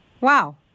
Wow